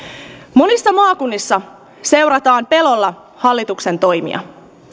monissa maakunnissa seurataan pelolla hallituksen toimia